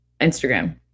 Instagram